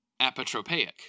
apotropaic